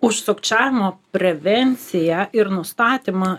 už sukčiavimo prevenciją ir nustatymą